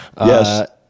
Yes